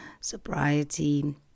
sobriety